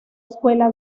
escuela